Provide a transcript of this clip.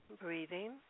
breathing